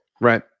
Right